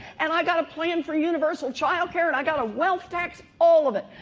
and i've got a plan for universal child care, and i got a wealth tax, all of it.